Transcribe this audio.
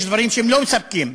יש דברים שלא מספקים.